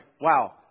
wow